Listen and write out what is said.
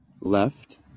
left